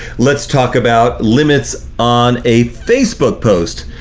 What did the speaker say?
let's talk about limits on a facebook post.